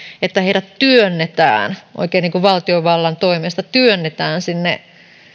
että heidät työnnetään oikein valtiovallan toimesta sinne